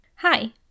Hi